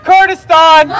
Kurdistan